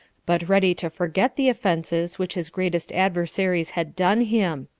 but ready to forget the offenses which his greatest adversaries had done him.